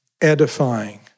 edifying